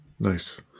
Nice